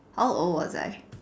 how old was I